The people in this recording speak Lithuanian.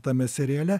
tame seriale